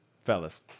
Fellas